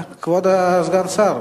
כבוד סגן השר.